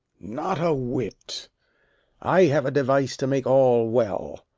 not a whit i have a device to make all well.